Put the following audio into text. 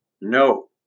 No